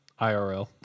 IRL